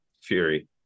fury